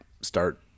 start